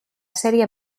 serie